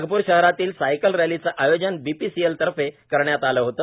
नागप्र शहरातील सायकल रैलीचे आयोजन बीपीसीएल तर्फे करण्यात आले होते